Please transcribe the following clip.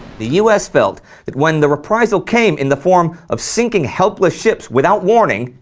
the us felt that when the reprisal came in the form of sinking helpless ships without warning,